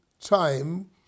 time